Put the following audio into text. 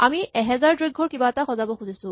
আমি ১০০০ দৈৰ্ঘ্যৰ কিবা এটা সজাব খুজিছো